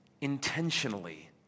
intentionally